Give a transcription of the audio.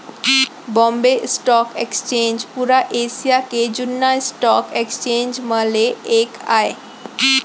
Bombay stock exchange पुरा Asia के जुन्ना स्टॉक एक्सचेंज म ले एक आय